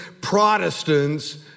Protestants